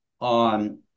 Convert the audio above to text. on